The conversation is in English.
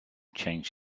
changed